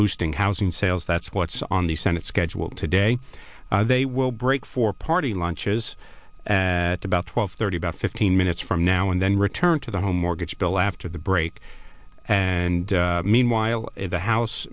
boosting housing sales that's what's on the senate schedule today they will break for party lunches at about twelve thirty about fifteen minutes from now and then return to the home mortgage bill after the break and meanwhile the house